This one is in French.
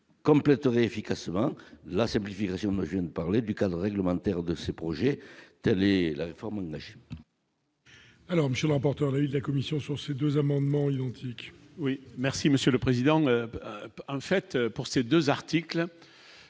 complèterait efficacement la simplification, moi je ne parlais du cadre réglementaire de ces projets, telle est la réforme Nash. Alors Monsieur l'emportera l'avis de la Commission sur ces 2 amendements identiques. Oui, merci Monsieur le Président, en fait, pour ces 2 articles,